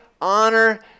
honor